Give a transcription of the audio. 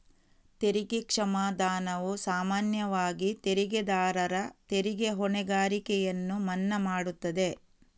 ತೆರಿಗೆ ಕ್ಷಮಾದಾನವು ಸಾಮಾನ್ಯವಾಗಿ ತೆರಿಗೆದಾರರ ತೆರಿಗೆ ಹೊಣೆಗಾರಿಕೆಯನ್ನು ಮನ್ನಾ ಮಾಡುತ್ತದೆ